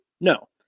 No